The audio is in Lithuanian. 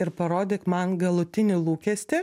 ir parodyk man galutinį lūkestį